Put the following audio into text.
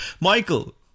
Michael